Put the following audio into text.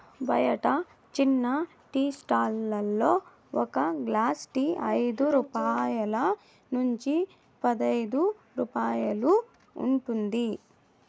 బయట చిన్న tea stall లలో ఒక గ్లాస్ టీ ఐదు రూపాయల నుంచి పదైదు రూపాయలు ఉంటుంది